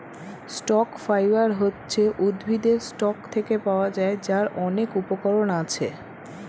stock fibre হচ্ছে উদ্ভিদের stalk থেকে পাওয়া যায়, যার অনেক উপকরণ আছে